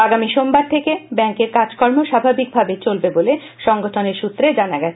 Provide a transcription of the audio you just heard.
আগামী সোমবার থেকে ব্যাংকে কাজকর্ম স্বাভাবিকভাবেই চলবে বলে সংগঠনের সূত্রে জানা গেছে